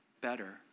better